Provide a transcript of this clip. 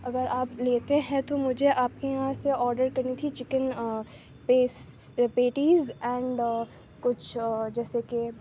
اگر آپ لیتے ہیں تو مجھے آپ کے یہاں سے آڈر کرنی تھی چکن پیٹیز اینڈ کچھ جیسے کہ